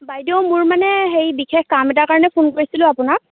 বাইদেউ মোৰ মানে সেই বিশেষ কাম এটাৰ কাৰণে ফোন কৰিছিলো আপোনাক